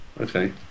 Okay